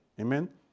amen